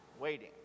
waiting